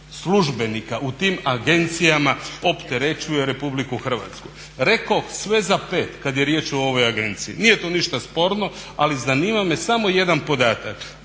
službenika u tim agencijama opterećuje RH. Rekoh sve za pet kad je riječ o ovoj agenciji, nije to ništa sporno ali zanima me samo jedan podatak